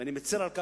ואני מצר על כך.